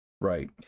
right